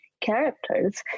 characters